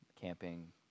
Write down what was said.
camping